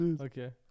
Okay